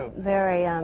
very